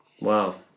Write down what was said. Wow